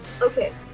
okay